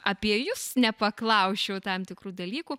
apie jus nepaklausčiau tam tikrų dalykų